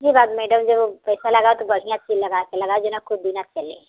जी ब मैडम जब पैसा लगाए तो बढ़िया चीज़ लगाए तो लगा देना कुछ दिन चले